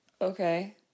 okay